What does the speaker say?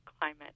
climate